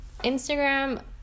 Instagram